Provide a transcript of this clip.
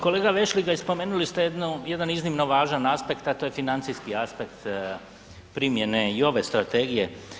Kolega Vešligaj, spomenuli ste jedan iznimno važan aspekt, a to je financijski aspekt primjene i ove Strategije.